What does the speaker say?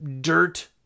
dirt